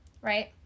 right